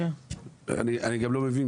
אני גם לא מבין,